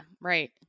Right